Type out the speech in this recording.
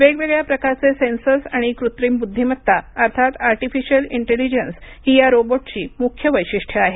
वेगवेगळ्या प्रकारचे सेन्सर्स आणि कृत्रिम बुद्धिमत्ता अर्थात आर्टिफिशिअल इंटेलिजन्स ही या रोबोटची मुख्य वैशिष्ट्यं आहेत